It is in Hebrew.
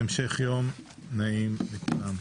המשך יום נעים לכולם.